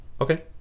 Okay